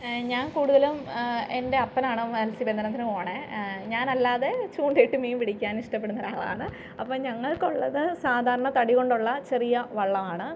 ഞാൻ കൂടുതലും എൻ്റെ അപ്പനാണ് മത്സ്യബന്ധനത്തിന് പോണേ ഞാൻ അല്ലാതെ ചൂണ്ടയിട്ട് മീൻ പിടിക്കാൻ ഇഷ്ടപ്പെടുന്നൊരാളാണ് അപ്പോള് ഞങ്ങൾക്കുള്ളത് സാധാരണ തടി കൊണ്ടുള്ള ചെറിയ വള്ളമാണ്